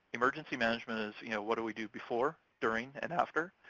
emergency management is you know what do we do before, during, and after.